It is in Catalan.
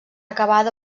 acabada